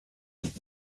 ist